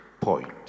point